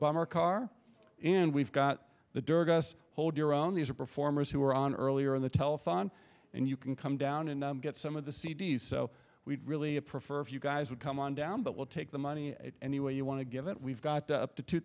bomber car and we've got the derg us hold your own these are performers who are on earlier on the telephone and you can come down and get some of the c d s so we really a prefer if you guys would come on down but we'll take the money any way you want to give it we've got up to two